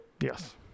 Yes